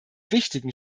wichtigen